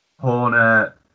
Horner